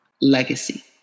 legacy